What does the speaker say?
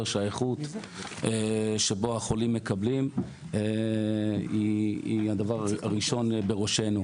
שהאיכות שהחולים מקבלים היא הדבר הראשון בראשנו.